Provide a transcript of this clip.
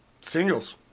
Singles